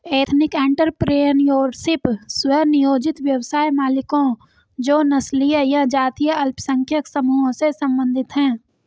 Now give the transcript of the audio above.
ethnic entrepreneurship, स्व नियोजित व्यवसाय मालिकों जो नस्लीय या जातीय अल्पसंख्यक समूहों से संबंधित हैं